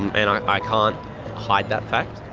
and i i can't hide that fact.